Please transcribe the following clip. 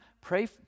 pray